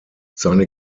seine